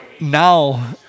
Now